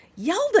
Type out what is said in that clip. yelled